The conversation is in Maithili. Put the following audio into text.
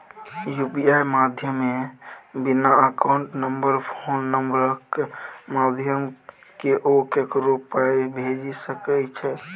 यु.पी.आइ माध्यमे बिना अकाउंट नंबर फोन नंबरक माध्यमसँ केओ ककरो पाइ भेजि सकै छै